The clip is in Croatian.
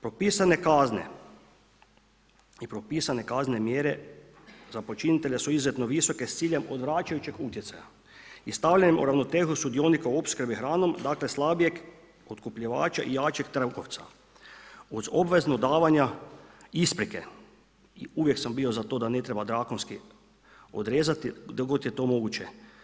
Propisane kazne i propisane kazne mjere za počinitelja su izuzetno visoke s ciljem povraćajućeg utjecaja i stavljanjem u ravnotežu sudionika o opskrbi hranom, dakle slabijeg otkupljivača i jačeg trgovca uz obvezna davanja isprike i uvijek sam bio za to da ne treba zakonski odrezati dok god je to moguće.